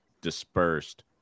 dispersed